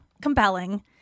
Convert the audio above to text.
compelling